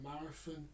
marathon